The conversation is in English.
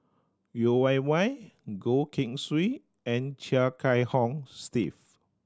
Yeo Wei Wei Goh Keng Swee and Chia Kiah Hong Steve